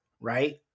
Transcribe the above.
right